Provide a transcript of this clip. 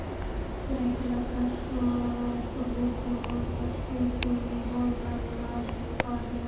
Seraikela Kharsawan Purbi Singhbhum Paschimi Singhbhum Dhanbad Bokaro